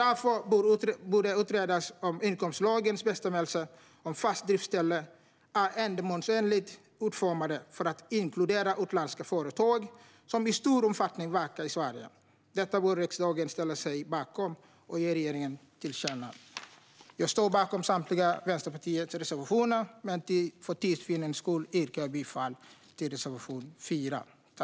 Därför bör det utredas om inkomstskattelagens bestämmelser om fast driftsställe är ändamålsenligt utformade för att inkludera utländska företag som i stor omfattning verkar i Sverige. Detta bör riksdagen ställa sig bakom och ge regeringen till känna. Jag står bakom samtliga av Vänsterpartiets reservationer, men för tids vinnande yrkar jag bifall endast till reservation 4.